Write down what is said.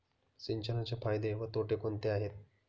सिंचनाचे फायदे व तोटे कोणते आहेत?